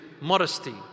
modesty